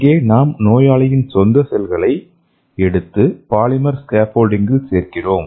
இங்கே நாம் நோயாளியின் சொந்த செல்களை எடுத்து பாலிமர் ஸ்கேஃபோல்டிங்கில் சேர்க்கிறோம்